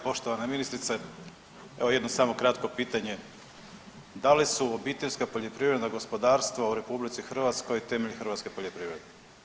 Poštovana ministrice evo jedno samo kratko pitanje, da li su obiteljska poljoprivredna gospodarstva u RH temelji hrvatske poljoprivrede?